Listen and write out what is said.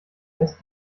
lässt